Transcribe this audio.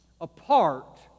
apart